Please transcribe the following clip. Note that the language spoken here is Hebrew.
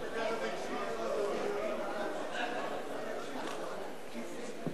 אדוני היושב-ראש, תודה, כבוד השר,